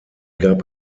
gab